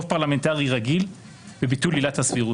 פרלמנטרי רגיל וביטול עילת הסבירות.